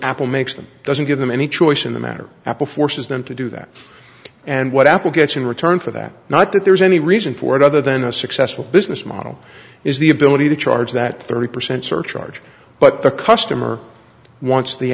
apple makes them doesn't give them any choice in the matter apple forces them to do that and what apple gets in return for that not that there's any reason for it other than a successful business model is the ability to charge that thirty percent surcharge but the customer wants the